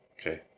Okay